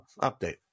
update